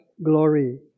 glory